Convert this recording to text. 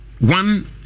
One